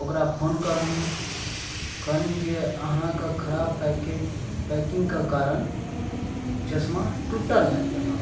ओकरा फोन कयलहुॅं कहलहुॅं जे अहाँके खराब पैकेज पैकिंगके कारण चश्मा टुटल आयल यऽ हमरा पास